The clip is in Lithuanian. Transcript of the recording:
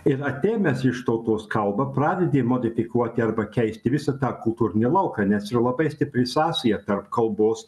ir atėmęs iš tautos kalbą pradedi modifikuoti arba keisti visą tą kultūrinį lauką nes yra labai stipri sąsaja tarp kalbos